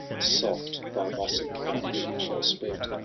soft thy mossy couch shall spread.